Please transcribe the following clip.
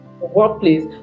workplace